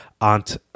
Aunt